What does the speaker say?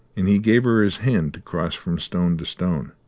and he gave her his hand to cross from stone to stone.